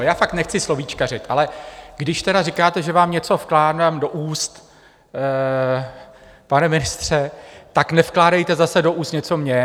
Já fakt nechci slovíčkařit, ale když tedy říkáte, že vám něco vkládám do úst, pane ministře, tak nevkládejte zase do úst něco mně.